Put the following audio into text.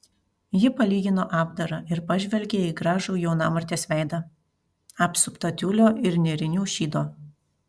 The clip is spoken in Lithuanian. ji palygino apdarą ir pažvelgė į gražų jaunamartės veidą apsuptą tiulio ir nėrinių šydo